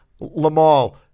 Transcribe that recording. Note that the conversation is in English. Lamal